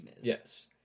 Yes